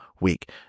week